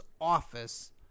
office